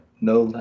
No